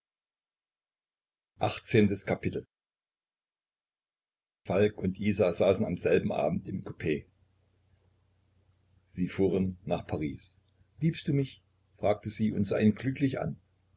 falk und isa saßen am selben abend im coup sie fuhren nach paris liebst du mich fragte sie und sah ihn glücklich an